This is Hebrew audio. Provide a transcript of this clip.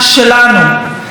ראש הממשלה,